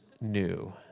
new